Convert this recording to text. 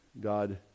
God